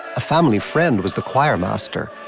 a family friend was the choirmaster.